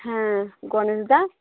হ্যাঁ গণেশদা